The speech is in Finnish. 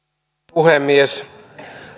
puhemies